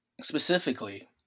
specifically